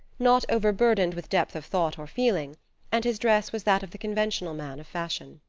not overburdened with depth of thought or feeling and his dress was that of the conventional man of fashion.